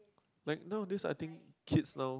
like nowadays I think kids now